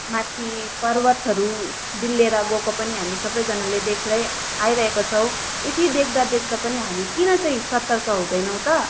माथि पर्वतहरू बिलिएर गएको पनि हामी सबैजनाले देखेरै आइरहेको छौँ यति देख्दा देख्दा पनि हामी किन चाहिँ सतर्क हुँदैनौँ त